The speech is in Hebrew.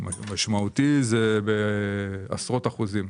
עשרות אחוזים.